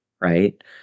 right